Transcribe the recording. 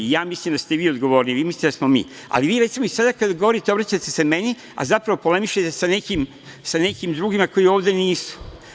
Mislim da ste vi odgovorniji, vi mislite da smo mi, ali vi recimo i sada kada govorite, obraćate se meni, a zapravo polemišete sa nekim drugima koji ovde nisu.